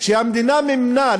שהמדינה מימנה.